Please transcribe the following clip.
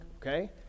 okay